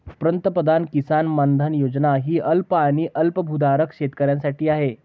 पंतप्रधान किसान मानधन योजना ही अल्प आणि अल्पभूधारक शेतकऱ्यांसाठी आहे